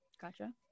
Gotcha